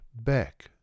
Back